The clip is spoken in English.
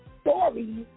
stories